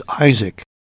Isaac